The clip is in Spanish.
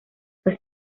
fue